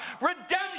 Redemption